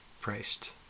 priced